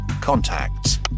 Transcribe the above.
Contacts